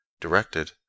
directed